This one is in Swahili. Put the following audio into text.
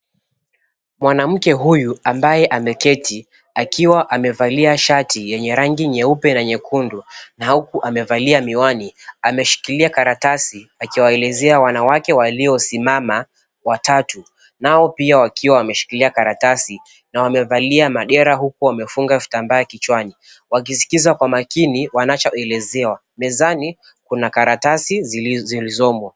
Mwanamke huyu ambaye ameketi akiwa amevalia shati yenye rangi nyeupe na nyekundu na huku amevalia miwani ameshikilia karatasi akiwaelezea wanawake waliosimama watatu nao pia wakiwa wameshikilia karatasi na wamevalia madera huku wamefunga vitambaa kichwani wakiskiza kwa makini wanachoelezewa. Mezani kuna karatasi zilizomo.